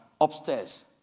upstairs